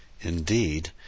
indeed